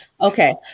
Okay